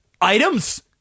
Items